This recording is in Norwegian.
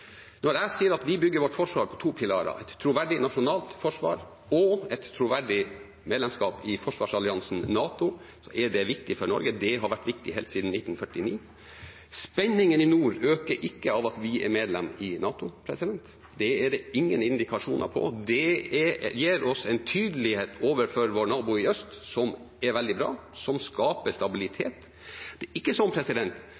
Når jeg sier at vi bygger vårt forsvar på to pilarer, et troverdig nasjonalt forsvar og et troverdig medlemskap i forsvarsalliansen NATO, er det viktig for Norge. Det har vært viktig helt siden 1949. Spenningen i nord øker ikke av at vi er medlem i NATO, det er det ingen indikasjoner på. Det gir oss en tydelighet overfor vår nabo i øst som er veldig bra, og som skaper